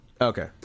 Okay